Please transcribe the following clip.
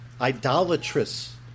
idolatrous